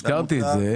הזכרתי את זה.